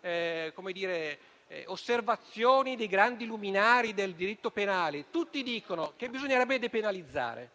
le osservazioni dei grandi luminari del diritto penale, tutti dicono che bisognerebbe depenalizzare.